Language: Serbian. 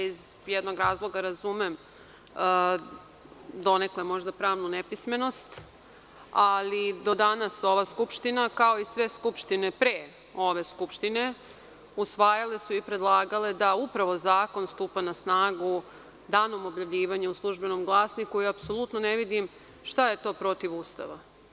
Iz jednog razloga razumem donekle pravnu nepismenost, ali do danas ova Skupština kao i sve Skupštine pre ove Skupštine usvajale i predlagale da upravo zakon stupa na snagu danom objavljivanja u „Službenom glasniku“ i apsolutno ne vidim šta je to protiv Ustava.